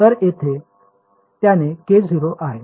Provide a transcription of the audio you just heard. तर येथे त्याचे K0 आहे